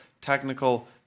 technical